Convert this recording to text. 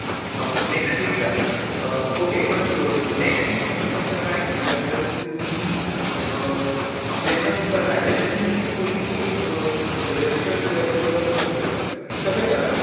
next week जाय okay पूण next week समज तुमकां जाय न्हय जाल्यार तुमी जेन्ना तुमकां जाय ताच्या तीन दीस पयलीं रजिस्टर करूं येता किंवा बूक करूं येता तशें करात ना जाल्यार